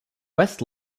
west